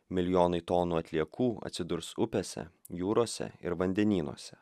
milijonai tonų atliekų atsidurs upėse jūrose ir vandenynuose